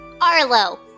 Arlo